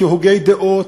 כהוגי דעות,